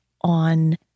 on